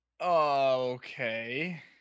Okay